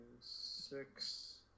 six